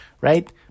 right